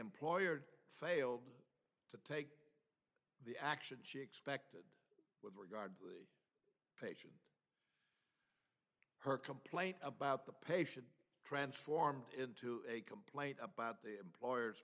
employer failed to take the action she expected with regard to patients her complaint about the patient transformed into a complaint about the employer